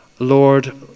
Lord